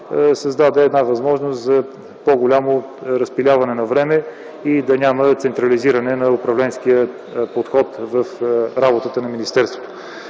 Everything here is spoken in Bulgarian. създаде една възможност за по-голямо разпиляване на време и да няма централизиране на управленския подход в работата на министерството.